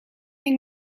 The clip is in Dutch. niet